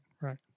right